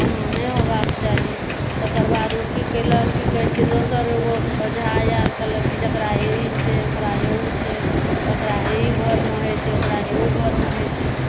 ओना नहि होबाक चाही तकर बाद ओ की केलक की कहए छै दोसर ओ ओझा आएल कहलक जेकरा ई छै हे ओकरा हे ओ छै एकरा हे ई घरमे होइत छै हे ओकरा हे ओ घरमे होइत छै